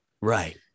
Right